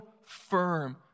firm